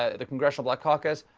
ah the congressional black caucus,